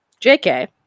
JK